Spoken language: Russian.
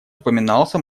упоминался